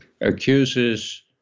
accuses